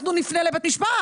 אנחנו נפנה לבית משפט.